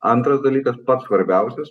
antras dalykas pats svarbiausias